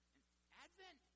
Advent